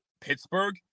Pittsburgh